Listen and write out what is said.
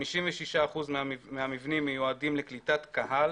56% מהמבנים מיועדים לקליטת קהל